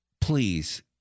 Please